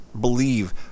Believe